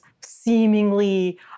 seemingly